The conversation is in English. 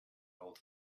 old